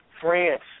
France